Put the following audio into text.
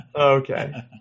Okay